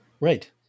right